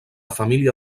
família